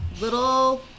little